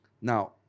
Now